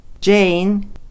Jane